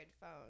phone